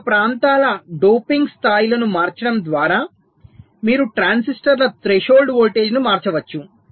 వివిధ ప్రాంతాల డోపింగ్ స్థాయిలను మార్చడం ద్వారా మీరు ట్రాన్సిస్టర్ల త్రెషోల్డ్ వోల్టేజ్ను మార్చవచ్చు